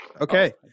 Okay